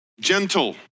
Gentle